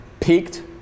peaked